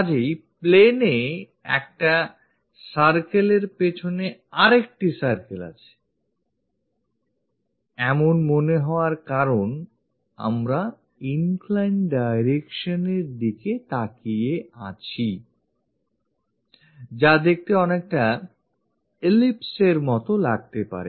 কাজেই plane এ একটা circle এর পেছনে আরেকটি circle আছে এমন মনে হওয়ার কারণ আমরা inclined direction এর দিকে তাকিয়ে আছি যা দেখতে অনেকটা ellipse এর মতো লাগতে পারে